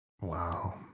Wow